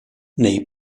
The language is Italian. nei